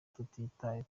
tutitaye